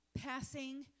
passing